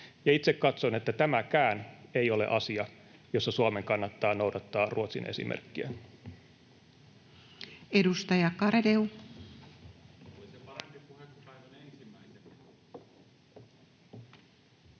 Itse katson, että tämäkään ei ole asia, jossa Suomen kannattaa noudattaa Ruotsin esimerkkiä. [Speech